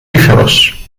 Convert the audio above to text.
liefhebbers